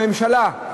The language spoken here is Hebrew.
הממשלה,